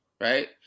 right